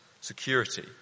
security